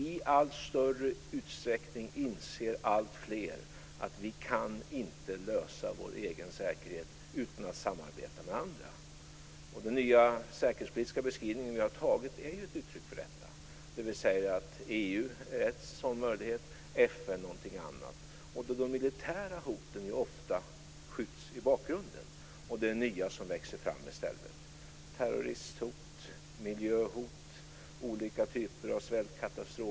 I allt större utsträckning inser alltfler att vi inte kan lösa vår egen säkerhet utan att samarbeta med andra. Den nya säkerhetspolitiska beskrivningen som vi har antagit är ju ett uttryck för detta. Där säger vi att EU är en möjlighet till samarbete och FN en annan. De militära hoten skjuts ofta i bakgrunden och nya växer fram i stället, t.ex. terroristhot, miljöhot och olika typer av svältkatastrofer.